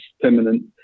permanent